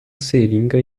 seringa